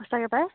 সঁচাকৈ পায়